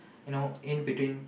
you know in between